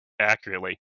accurately